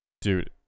Dude